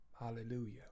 Hallelujah